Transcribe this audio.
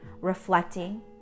reflecting